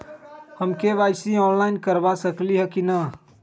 हम KYC online करवा सकली ह कि न?